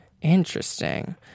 interesting